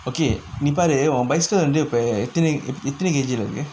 okay நீ பாரு உன்:nee paaru un bicycle வந்து இப்ப எத்தன எத்தன:vanthu ippe ethana ethana K_G leh இருக்கு:irukku